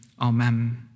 amen